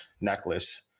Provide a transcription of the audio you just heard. necklace